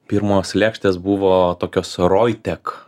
pirmos lėkštės buvo tokios roitek